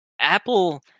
Apple